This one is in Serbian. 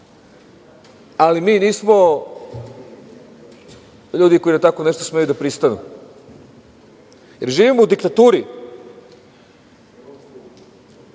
Mi nismo ljudi koji na tako nešto smeju da pristanu, jer živimo u diktaturi.